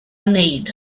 need